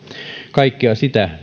kaikkea sitä